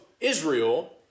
Israel